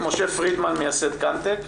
משה פרידמן מייסד קמאטק,